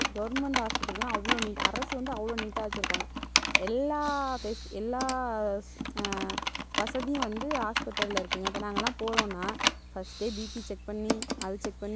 தமிழ் மீடியத்தோட கம்பர் பண்ணும் போது ஏன்னா அவங்க வந்து காசு கொடுத்து படிக்கிறதுனால் கவனம் செலுத்துகிறாங்க அங்கே உள்ள ஆசிரியர்கள் மாணவர்கள் மேலே இதே அரசினர் பள்ளிக்கூடத்தில் வந்து கவனம் செலுத்துறதில்லை